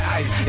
ice